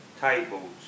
tables